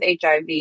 HIV